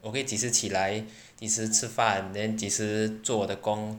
我可以几时起来几时吃饭 then 几时做我的工